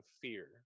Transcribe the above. fear